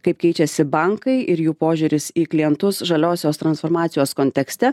kaip keičiasi bankai ir jų požiūris į klientus žaliosios transformacijos kontekste